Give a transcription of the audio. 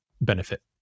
benefit